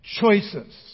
choices